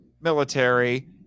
military